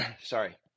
sorry –